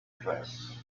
dress